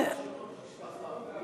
שמות משפחה.